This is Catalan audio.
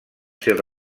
ser